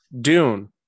Dune